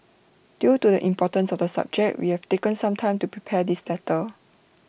due to the importance of the subject we have taken some time to prepare this letter